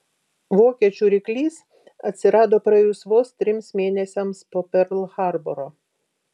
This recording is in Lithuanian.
vokiečių ryklys atsirado praėjus vos trims mėnesiams po perl harboro